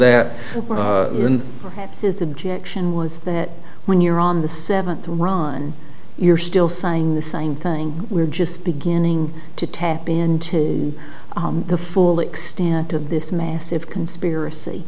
that his objection was that when you're on the seventh run you're still saying the same thing we're just beginning to tap into the full extent of this massive conspiracy